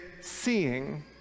seeing